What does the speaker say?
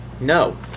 No